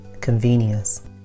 Convenience